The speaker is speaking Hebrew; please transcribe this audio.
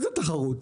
איזה תחרות?